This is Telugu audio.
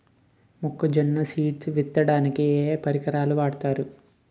మొక్కజొన్న సీడ్ విత్తడానికి ఏ ఏ పరికరాలు వాడతారు?